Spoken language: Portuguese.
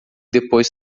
depois